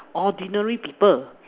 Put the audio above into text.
ordinary people